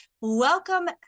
welcome